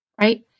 right